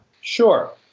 Sure